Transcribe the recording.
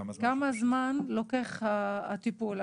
כמה זמן לוקח הטיפול?